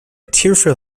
tearful